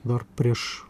dar prieš